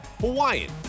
Hawaiian